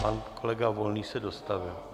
Pan kolega Volný se dostavil.